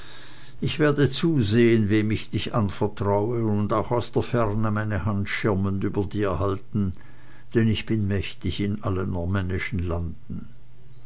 ich werde zusehen wem ich dich anvertraue und auch aus der ferne meine hand schirmend über dir halten denn ich bin mächtig in allen normännischen landen